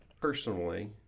personally